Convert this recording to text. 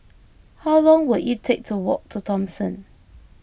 how long will it take to walk to Thomson